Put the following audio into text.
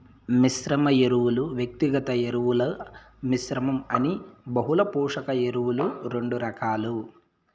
మిశ్రమ ఎరువులు, వ్యక్తిగత ఎరువుల మిశ్రమం అని బహుళ పోషక ఎరువులు రెండు రకాలు